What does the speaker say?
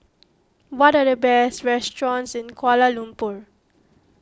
what are the best restaurants in Kuala Lumpur